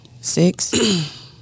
Six